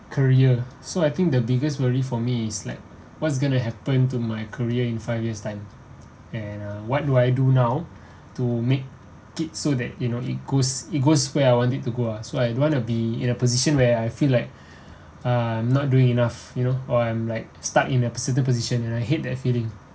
career so I think the biggest worry for me is like what's going to happen to my career in five years time and uh what do I do now to make it so that you know it goes it goes where I wanted to go ah so I don't want to be in a position where I feel like I'm not doing enough you know or I'm like stuck in a certain position and I hate that feeling